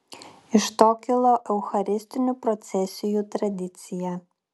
iš to kilo eucharistinių procesijų tradicija